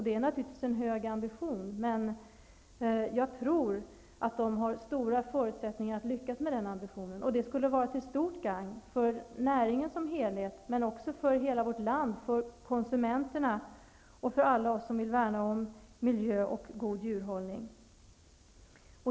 Det är en hög ambition, men jag tror att de har stora förutsättningar att lyckas med den. Det skulle vara till stort gagn för näringen som helhet, men också för hela vårt land, för konsumenterna och för alla som värnar om god miljö och god djurhållning.